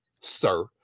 sir